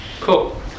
cool